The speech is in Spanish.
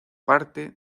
parte